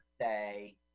say